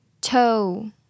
Toe